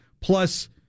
Plus